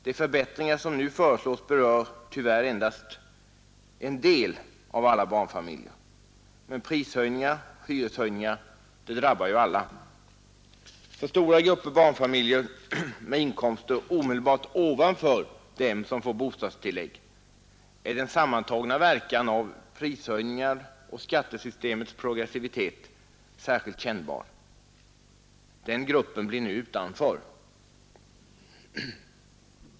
De förbättringar som nu föreslås berör tyvärr endast en del av alla barnfamiljer. Men prishöjningar och hyreshöjningar drabbar ju alla. För den stora gruppen barnfamiljer med inkomster omedelbart ovanför dem som ger bostadstillägg är den sammantagna verkan av prishöjningar och skattesystemets progressivitet särskilt kännbar. Den gruppen ställs nu utanför förbättringarna.